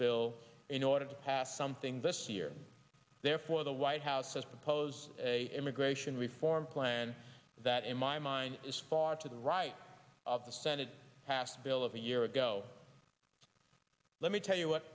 bill in order to pass something this year therefore the white house has proposed a immigration reform plan that in my mind is far to the right of the senate passed a bill of a year ago let me tell you what